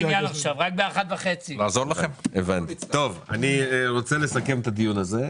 אני רוצה לסכם את הדיון.